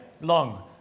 long